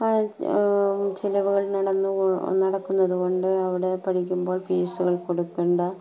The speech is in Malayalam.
ചെലവുകളില് നടക്കുന്നതുകൊണ്ട് അവിടെ പഠിക്കുമ്പോൾ ഫീസുകൾ കൊടുക്കേണ്ട